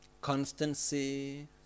constancy